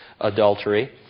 adultery